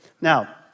Now